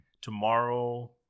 Tomorrow